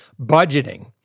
budgeting